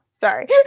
Sorry